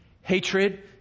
Hatred